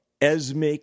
Esme